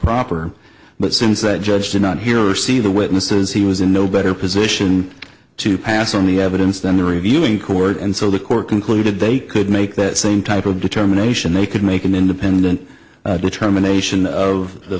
proper but since that judge did not hear or see the witnesses he was in no better position to pass on the evidence than the reviewing court and so the court concluded they could make that same type of determination they could make an independent determination of the